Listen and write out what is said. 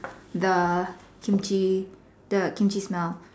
the Kimchi the Kimchi smell